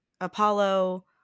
Apollo